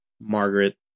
Margaret